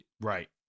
Right